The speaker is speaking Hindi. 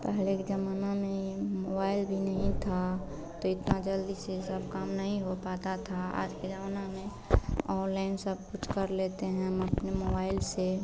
पहले के ज़माना में यह मोबाइल भी नहीं था तो इतनी जल्दी से सब काम नहीं हो पाता था आज के ज़माना में ऑनलाइन सबकुछ कर लेते हैं हम अपने मोबाइल से